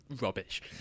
rubbish